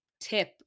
tip